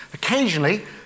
Occasionally